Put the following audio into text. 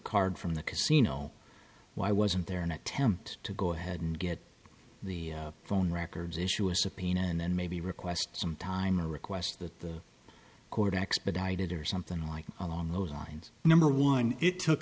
card from the casino why wasn't there an attempt to go ahead and get the phone records issue a subpoena and then maybe request some time or request that the court expedited or something like along those lines number one it took